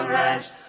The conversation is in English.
rest